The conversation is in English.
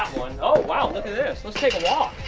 one. oh, wow, look at this. let's take a walk.